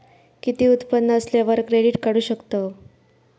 किती उत्पन्न असल्यावर क्रेडीट काढू शकतव?